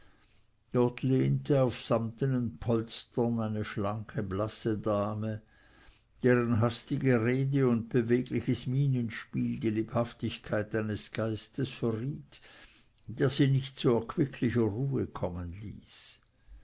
auf sammetnen polstern eine schlanke blasse dame deren hastige rede und bewegliches mienenspiel die lebhaftigkeit eines geistes verriet der sie nicht zu erquicklicher ruhe kommen ließ